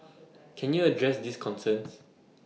can you address these concerns